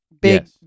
Big